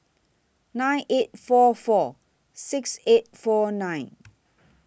nine eight four four six eight four nine